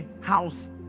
house